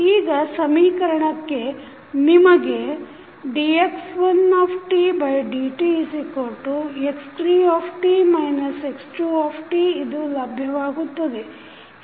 ಈಗ ಸಮೀಕರಣಕ್ಕೆ ನಿಮಗೆ dx1dtx3t x2 ಇದು ಲಬ್ಯವಾಗುತ್ತದೆ